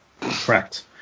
correct